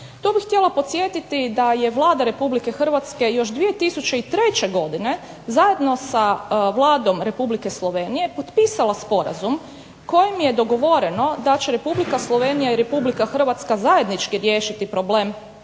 Tu bih htjela podsjetiti da je Vlada Republike Hrvatske još 2003. godine zajedno sa Vladom REpublike Slovenije potpisala sporazum kojim je dogovoreno da će Republika Slovenija i Republike Hrvatska zajednički riješiti problem